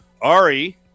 Ari